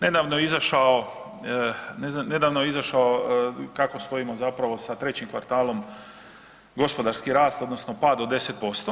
Nedavno je izašao, nedavno je izašao, kako stojimo zapravo sa 3. kvartalom gospodarski rast, odnosno pad od 10%